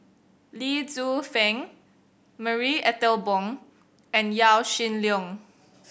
Lee Tzu Pheng Marie Ethel Bong and Yaw Shin Leong